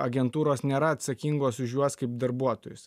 agentūros nėra atsakingos už juos kaip darbuotojus